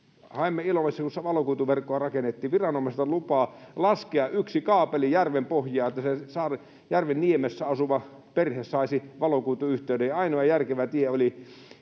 Haimme Ilomantsissa, kun valokuituverkkoa rakennettiin, viranomaisilta lupaa laskea yksi kaapeli järven pohjaan, että sen järven niemessä asuva perhe saisi valokuituyhteyden. Ainoa järkevä tie,